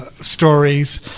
stories